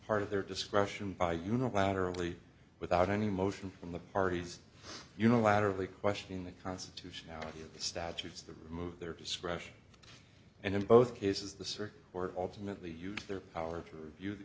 part of their discretion by unilaterally without any motion from the parties unilaterally questioning the constitutionality of the statutes the remove their discretion and in both cases the search or alternately use their power to review the